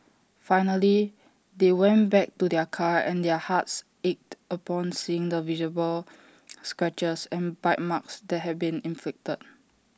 finally they went back to their car and their hearts ached upon seeing the visible scratches and bite marks that had been inflicted